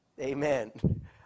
Amen